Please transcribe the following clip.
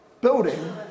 building